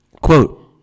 Quote